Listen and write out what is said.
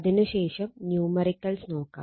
അതിനു ശേഷം ന്യൂമറിക്കൽസ് നോക്കാം